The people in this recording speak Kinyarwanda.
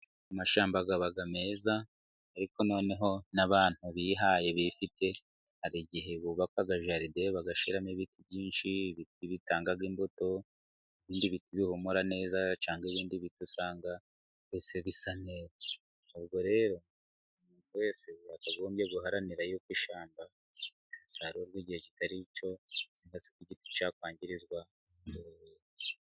Amashyamba aba meza, ariko noneho n'abantu bihaye, bifite, hari igihe bubakaga jaride, bagashyiramo ibiti byinshi, bitanga imbuto, bihumura neza, cyangwa ibindi bigasangwa mbese bisa neza, ubwo rero buri wese yakagombye guharanira yuko ishyamba ridasarurwa mu gihe kitari cyo kuko giti cyakwangirizwa.